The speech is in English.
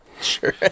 sure